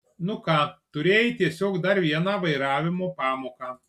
nu ką turėjai tiesiog dar vieną vairavimo pamoką